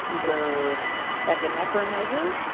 your epinephrine measure,